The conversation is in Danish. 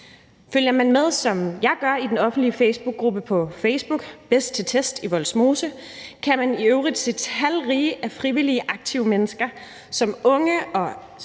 Følger man med, som jeg gør, i den offentlige facebookgruppe »#bedsttiltest Vollsmose«, kan man i øvrigt se talrige af frivillige, aktive mennesker, unge som